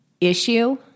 issue